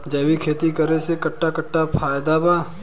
जैविक खेती करे से कट्ठा कट्ठा फायदा बा?